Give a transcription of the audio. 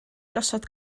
gosod